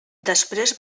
després